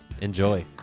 Enjoy